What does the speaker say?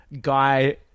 guy